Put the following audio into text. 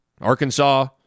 Arkansas